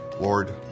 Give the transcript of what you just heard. Lord